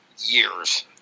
years